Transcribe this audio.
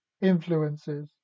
influences